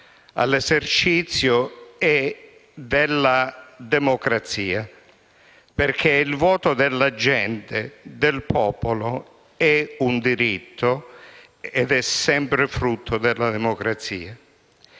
all'esercizio della democrazia, perché il voto della gente, del popolo è un diritto ed è sempre frutto della democrazia.